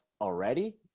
already